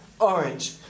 orange